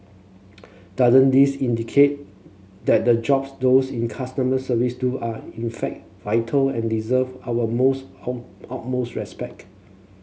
doesn't this indicate that the jobs those in customer service do are in fact vital and deserve our most utmost respect